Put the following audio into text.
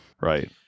Right